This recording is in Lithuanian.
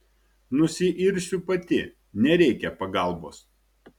nusiirsiu pati nereikia pagalbos